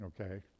Okay